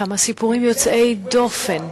כמה סיפורים יוצאי דופן.